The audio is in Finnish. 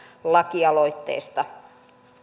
lakialoitteesta